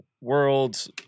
Worlds